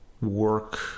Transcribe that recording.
work